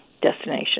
destination